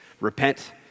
Repent